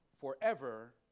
Forever